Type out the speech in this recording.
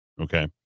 Okay